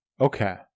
Okay